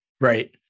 Right